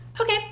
okay